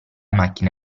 macchina